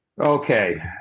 okay